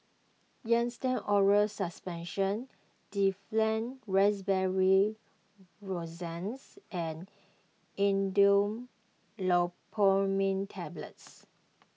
Nystatin Oral Suspension Difflam Raspberry Lozenges and Imodium Loperamide Tablets